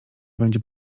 będzie